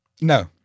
No